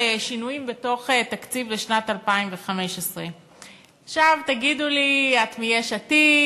על שינויים בתוך תקציב שנת 2015. עכשיו תגידו לי: את מיש עתיד,